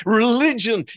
religion